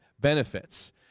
benefits